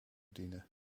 dienen